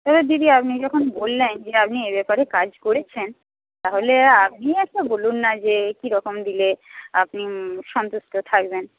এবার দিদি আপনি যখন বললেন যে আপনি এ ব্যাপারে কাজ করেছেন তাহলে আপনিও একটা বলুন না যে কীরকম দিলে আপনি সন্তুষ্ট থাকবেন